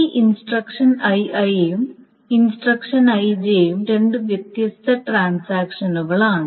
ഈ instruction Ii ഉം instruction Ij ഉം രണ്ട് വ്യത്യസ്ത ട്രാൻസാക്ഷനുകളാണ്